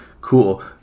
cool